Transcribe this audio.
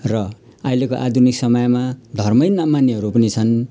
र अहिलेको आधुनिक समयमा धर्मै नमान्नेहरू पनि छन्